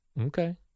Okay